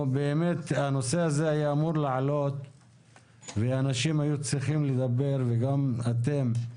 הנושא הזה היה אמור לעלות ואנשים היו צריכים לדבר וגם אתם.